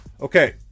Okay